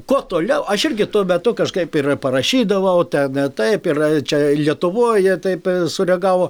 kuo toliau aš irgi tuo metu kažkaip ir parašydavau ten ne taip ir čia lietuvoj taip sureagavo